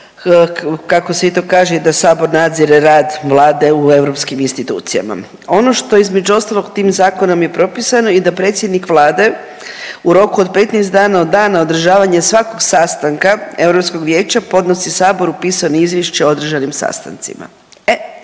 kako se i to kaže, da Sabor nadzire rad Vlade u EU institucijama. Ono što između ostalog tim zakonom je propisano, i da predsjednik Vlade u roku od 15 dana od dana održavanja svakog sastanka EV-a podnosi Saboru pisano izvješće o održanim sastancima.